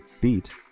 beat